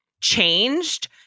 changed